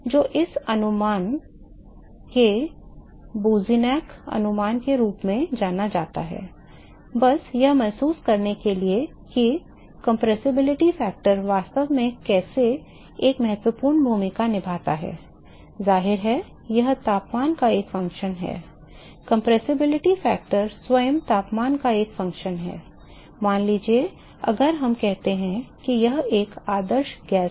तो इस अनुमान को बूसिनेक अनुमान के रूप में जाना जाता है बस यह महसूस करने के लिए कि यह संपीड़ितता कारक वास्तव में कैसे एक महत्वपूर्ण भूमिका निभाता है जाहिर है यह तापमान का एक कार्य है संपीड़ितता कारक स्वयं तापमान का एक कार्य है मान लीजिए अगर हम कहते हैं कि यह एक आदर्श गैस है